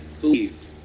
believe